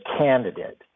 candidate